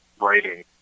writing